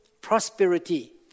prosperity